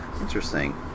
Interesting